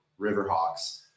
Riverhawks